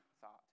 thought